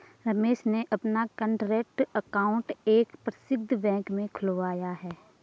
रमेश ने अपना current account एक प्रसिद्ध बैंक में खुलवाया है